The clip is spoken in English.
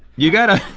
you gotta.